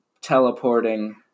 teleporting